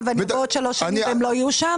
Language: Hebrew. ועוד שלוש שנים אני אבוא ולא יהיה אותם?